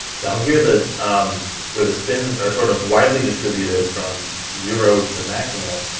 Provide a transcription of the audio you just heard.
down here the where the spins are sort of widely distributed from zero to maximal,